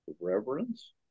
reverence